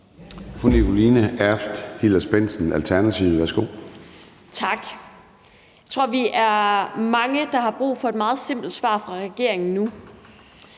Nikoline Erbs Hillers-Bendtsen (ALT): Tak. Jeg tror, vi er mange, der har brug for et meget simpelt svar fra regeringen nu.